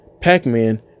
Pac-Man